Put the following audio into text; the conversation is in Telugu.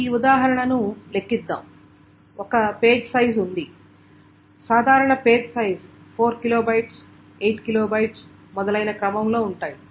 ఈ ఉదాహరణను లెక్కిద్దాం ఒక పేజ్ సైజ్ ఉంది సాధారణ పేజ్ సైజ్ 4KB 8KB మొదలైన క్రమంలో ఉంటుంది